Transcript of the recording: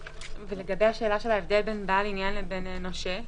ולגבי השאלה על ההבדל בין בעל עניין לבין נושה?